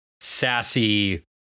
sassy